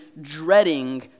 dreading